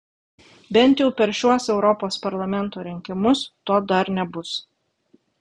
bent jau per šiuos europos parlamento rinkimus to dar nebus